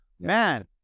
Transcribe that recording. Man